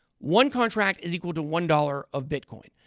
one contract is equal to one dollars of bitcoin.